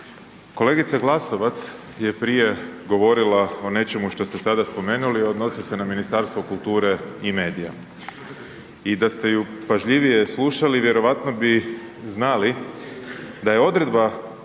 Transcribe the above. kolegica Glasovac je prije govorila o nečemu što ste sada spomenuli, odnosi se na Ministarstvo kulture i medija. I da ste ju pažljivije slušali vjerojatno bi znali da je odredba